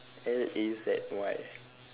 L A Z Y